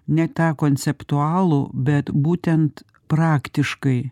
ne tą konceptualų bet būtent praktiškai